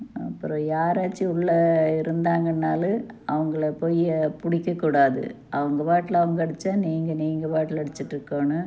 அப்புறோம் யாராச்சும் உள்ள இருந்தாங்கனால் அவங்களப் போய் பிடிக்கக்கூடாது அவங்க பாட்டில் அவங்க அடிச்சால் நீங்கள் நீங்கள் பாட்டில அடிச்சிகிட்டு இருக்கணும்